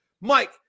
Mike